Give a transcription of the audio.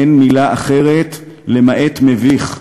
אין מילה אחרת למעט מביך,